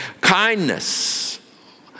Kindness